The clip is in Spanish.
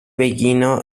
benigno